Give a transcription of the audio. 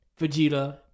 vegeta